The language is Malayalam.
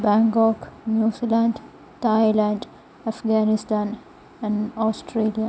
Bangkok New Zealand Thailand Afghanistan and Australia